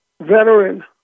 veteran